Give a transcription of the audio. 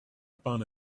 upon